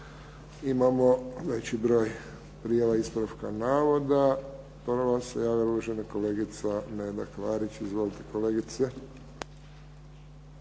Imamo veći broj prijava ispravka navoda. Prvo se javila uvažena kolegica Neda Klarić. Izvolite.